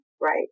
right